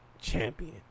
champion